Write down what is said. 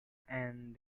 and